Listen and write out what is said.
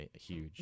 huge